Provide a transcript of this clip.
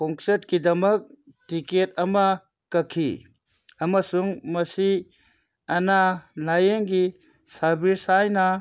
ꯈꯣꯡꯆꯠꯀꯤꯗꯃꯛ ꯇꯤꯀꯦꯠ ꯑꯃ ꯀꯛꯈꯤ ꯑꯃꯁꯨꯡ ꯃꯁꯤ ꯑꯅꯥ ꯂꯥꯏꯌꯦꯡꯒꯤ ꯁꯥꯔꯕꯤꯁ ꯍꯥꯏꯅ